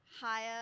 higher